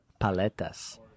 Paletas